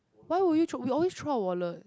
why would you throw we always throw our wallet